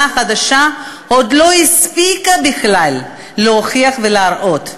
החדשה עוד לא הספיקה בכלל להוכיח ולהראות.